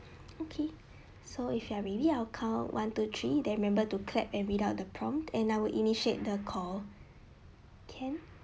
okay so if you are ready I'll count one two three then remember to clap and read out the prompt and I will initiate the call can